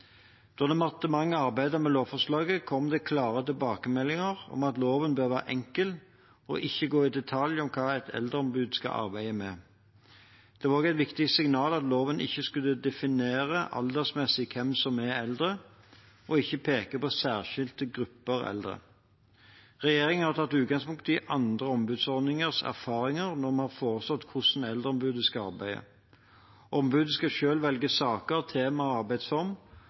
Da departementet arbeidet med lovforslaget, kom det klare tilbakemeldinger om at loven bør være enkel og ikke gå i detalj om hva et eldreombud skal arbeide med. Det var også et viktig signal at loven ikke skulle definere aldersmessig hvem som er eldre, og ikke peke på særskilte grupper eldre. Regjeringen har tatt utgangspunkt i andre ombudsordningers erfaringer når vi har foreslått hvordan Eldreombudet skal arbeide. Ombudet skal selv velge saker, tema og